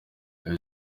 ibi